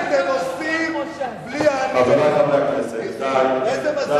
חברי חברי הכנסת, די, די.